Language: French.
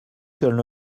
qu’elles